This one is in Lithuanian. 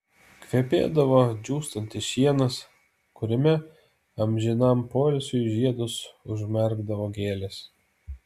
kvepėdavo džiūstantis šienas kuriame amžinam poilsiui žiedus užmerkdavo gėlės